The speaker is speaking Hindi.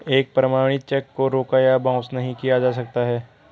एक प्रमाणित चेक को रोका या बाउंस नहीं किया जा सकता है